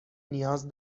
نیاز